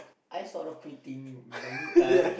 I sort of quitting many times